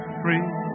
free